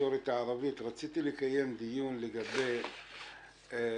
בתקשורת הערבית רציתי לקיים דיון לגבי המחלקה